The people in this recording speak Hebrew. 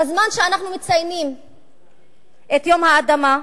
בזמן שאנחנו מציינים את יום האדמה,